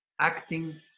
acting